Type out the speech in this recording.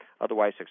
otherwise